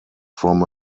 from